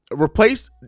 Replace